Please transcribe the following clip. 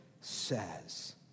says